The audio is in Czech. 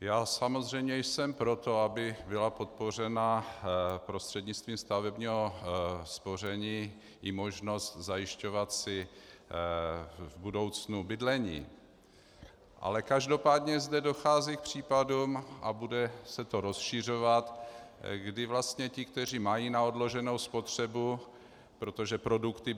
Já samozřejmě jsem pro to, aby byla podpořena prostřednictvím stavebního spoření i možnost zajišťovat si v budoucnu bydlení, ale každopádně zde dochází k případům, a bude se to rozšiřovat, kdy vlastně ti, kteří mají na odloženou spotřebu, protože bankovní